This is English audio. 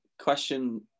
question